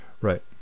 Right